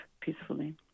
peacefully